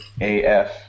AF